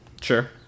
Sure